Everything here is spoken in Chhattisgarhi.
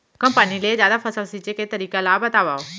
कम पानी ले जादा फसल सींचे के तरीका ला बतावव?